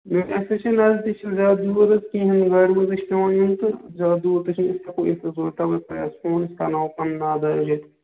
ییتہِ اَسہِ حظ چھِ نزدیٖک چھُ زیادٕ دوٗر حظ کِہیٖنۍ چھِ پٮ۪وان ییٚتہِ تہٕ زیادٕ دوٗر تہِ چھُنہٕ ییٚتہِ أسۍ ہٮ۪کو أسۍ کَرناوَو پَنُن ناو درٕج ییٚتہِ